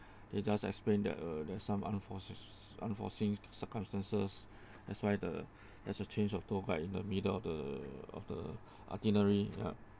they just explain that uh there's some unfor~ unforeseen circumstances that's why the have the change of tour guide in the middle of the of the itinerary ya